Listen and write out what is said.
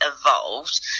evolved